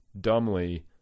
dumbly